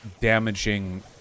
damaging